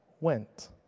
went